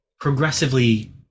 progressively